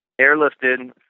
airlifted